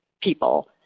people